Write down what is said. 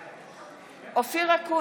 בעד אופיר אקוניס,